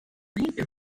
major